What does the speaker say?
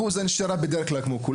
אחוז הנשירה זהה לשל כולם.